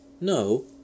No